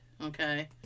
okay